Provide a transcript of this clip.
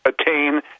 attain